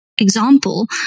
Example